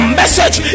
message